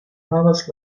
havas